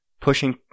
pushing